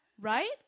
right